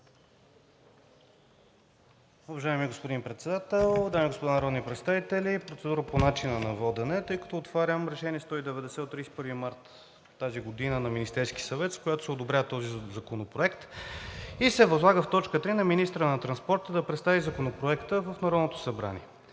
Уважаеми господин Председател, дами и господа народни представители! Процедурата ми е по начина на водене, тъй като отварям Решение № 190 от 31 март тази година на Министерския съвет, с която се одобрява този законопроект, и се възлага в т. 3 на министъра на транспорта да представи Законопроекта в Народното събрание.